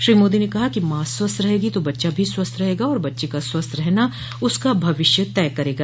श्री मोदी ने कहा मां स्वस्थ रहेगी तो बच्चा भी स्वस्थ रहेगा और बच्चे का स्वस्थ रहना उसका भविष्य तय करेगा